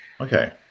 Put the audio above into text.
Okay